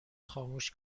خاموش